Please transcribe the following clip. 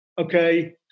okay